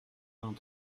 vingt